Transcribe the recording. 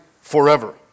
forever